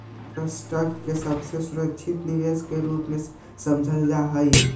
common stock के सबसे सुरक्षित निवेश के रूप में समझल जा हई